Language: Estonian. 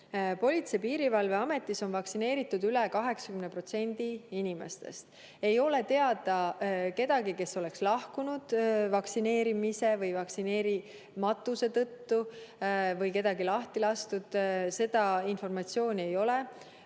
Politsei- ja Piirivalveametis on vaktsineeritud üle 80% inimestest. Ei ole teada kedagi, kes oleks ametist lahkunud vaktsineerimise või vaktsineerimatuse tõttu või et kedagi oleks lahti lastud. Seda informatsiooni ei ole.